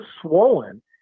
swollen